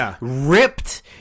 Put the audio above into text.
ripped